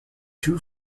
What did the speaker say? two